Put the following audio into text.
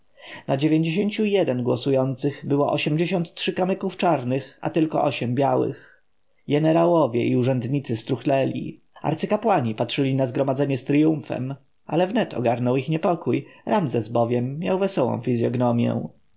na dziewięćdziesięciu jeden głosujących było osiemdziesiąt trzy kamyków czarnych a tylko osiem białych jenerałowie i urzędnicy struchleli arcykapłani patrzyli na zgromadzenie z triumfem ale wnet ogarnął ich niepokój ramzes bowiem miał wesołą fizjognomję